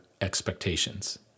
expectations